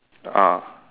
ah